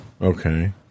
Okay